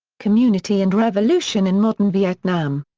community and revolution in modern vietnam.